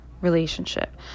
relationship